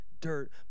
dirt